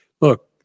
Look